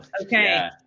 Okay